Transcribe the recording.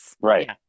right